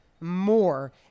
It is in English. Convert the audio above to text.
more